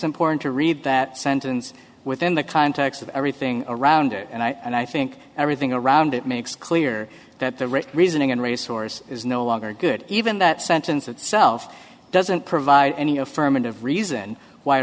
important to read that sentence within the context of everything around it and i think everything around it makes clear that the rich reasoning and resource is no longer good even that sentence itself doesn't provide any affirmative reason why